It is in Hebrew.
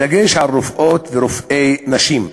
בדגש על רופאות ורופאי נשים.